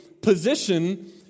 position